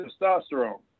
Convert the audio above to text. testosterone